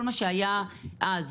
כל מה שהיה אז,